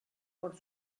por